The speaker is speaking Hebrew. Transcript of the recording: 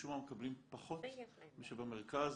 משום מה מקבלים פחות מאשר במרכז.